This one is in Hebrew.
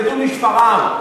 תלמדו משפרעם.